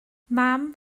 mam